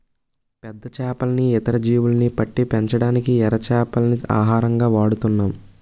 పెద్ద చేపల్ని, ఇతర జీవుల్ని పట్టి పెంచడానికి ఎర చేపల్ని ఆహారంగా వాడుతున్నాం